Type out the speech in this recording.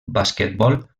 basquetbol